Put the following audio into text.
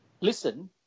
Listen